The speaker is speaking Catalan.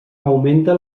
augmenta